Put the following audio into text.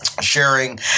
sharing